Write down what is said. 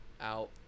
out